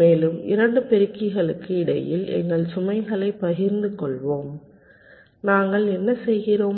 மேலும் 2 பெருக்கிகளுக்கு இடையில் எங்கள் சுமைகளைப் பகிர்ந்து கொள்வோம் நாங்கள் என்ன செய்கிறோம்